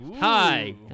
Hi